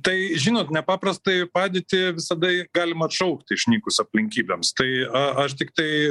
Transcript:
tai žinot nepaprastąją padėtį visada galima atšaukti išnykus aplinkybėms tai a aš tiktai